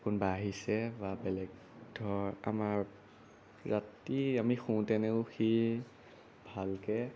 কোনোবা আহিছে বা বেলেগ ধৰ আমাৰ ৰাতি আমি শুওঁতেনেও সি ভালকৈ